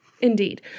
Indeed